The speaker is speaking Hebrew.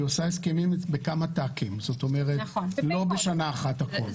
היא עושה הסכמים בכמה שלבים, לא הכול בשנה אחת.